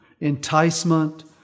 enticement